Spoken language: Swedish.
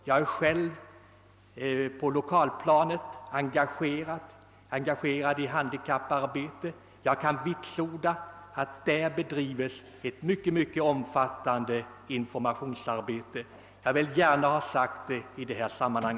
Jag är själv på lokalplanet engagerad i handikapparbete, och jag kan vitsorda att där bedrivs ett mycket omfattande informationsarbete. Jag vill poängtera det i detta sammanhang.